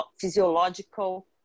physiological